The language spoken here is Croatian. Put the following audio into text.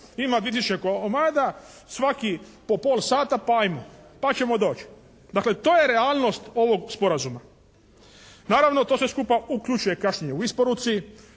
tisuće komada, svaki po pola sata pa ajmo, pa ćemo doći. Dakle to je realnost ovog sporazuma. Naravno to sve skupa uključuje kašnjenje u isporuci,